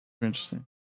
Interesting